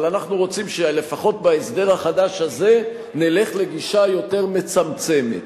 אבל אנחנו רוצים שלפחות בהסדר החדש הזה נלך לגישה יותר מצמצמת.